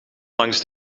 langs